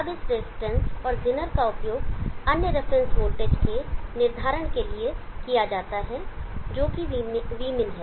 अब इस रेजिस्टेंस और जेनर का उपयोग अन्य रेफरेंस वोल्टेज के निर्धारण के लिए किया जाता है जो कि vmin है